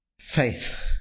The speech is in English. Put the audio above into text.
Faith